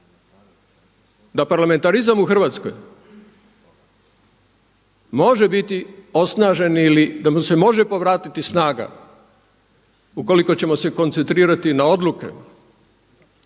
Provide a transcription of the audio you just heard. da parlamentarizam u Hrvatskoj može biti osnažen ili da mu se može povratiti snaga ukoliko ćemo se koncentrirati na odluke,